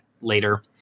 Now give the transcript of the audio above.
later